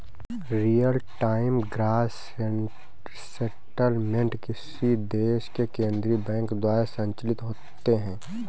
real time gross settlement किसी देश के केन्द्रीय बैंक द्वारा संचालित होते हैं